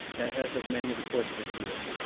as have many of the courts of appeals.